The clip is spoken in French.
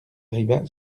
arriva